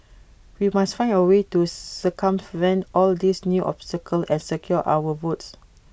we must find A way to circumvent all these new obstacles and secure our votes